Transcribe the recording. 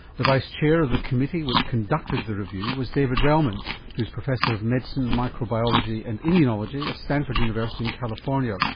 the vice chair of the committee which conducted the review was david relman who's professor of medicine and microbiology and immunology at stanford university in california.